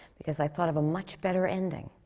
because i thought of a much better ending.